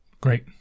Great